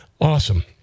awesome